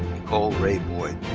nicole rae boyd.